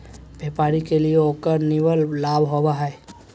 व्यापारी के लिए उकर निवल लाभ होबा हइ